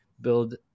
build